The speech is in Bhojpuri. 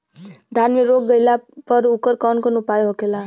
धान में रोग लग गईला पर उकर कवन कवन उपाय होखेला?